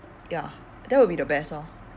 ya that will be the best orh